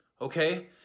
okay